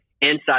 Inside